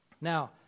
Now